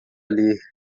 ler